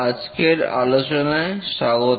আজকের আলোচনায় স্বাগত